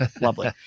Lovely